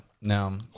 no